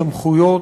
סמכויות,